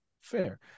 Fair